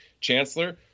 chancellor